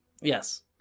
Yes